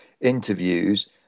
interviews